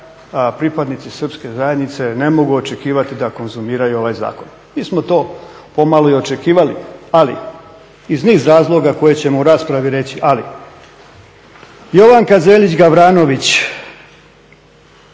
pripadnici Srpske zajednice ne mogu očekivati da konzumiraju ovaj zakon. Mi smo to pomalo i očekivali, ali iz niz razloga koje ćemo u raspravi reći. Jovanka Zelić Gavranović